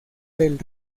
del